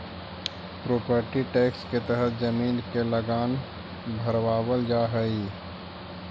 property tax के तहत जमीन के लगान भरवावल जा हई